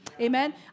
Amen